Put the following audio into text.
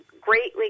greatly